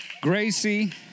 Gracie